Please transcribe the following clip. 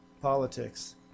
politics